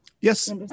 Yes